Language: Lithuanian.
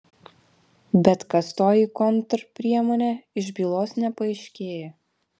bet kas toji kontrpriemonė iš bylos nepaaiškėja